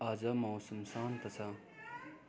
आज मौसम शान्त छ